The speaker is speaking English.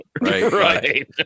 Right